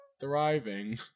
thriving